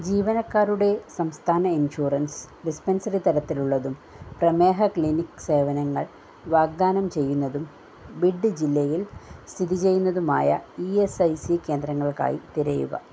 ജീവനക്കാരുടെ സംസ്താന insurance dispensary തരത്തിലുള്ളതും പ്രമേഹ ക്ലിനിക്ക് സേവനങ്ങൾ വാഗ്ദാനം ചെയ്യുന്നതും ബിഡ് ജില്ലയിൽ സ്തിതി ചെയ്യുന്നതുമായ ഇ എസ് ഐ സി കേന്ദ്രങ്ങൾക്കായി തിരയുക